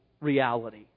reality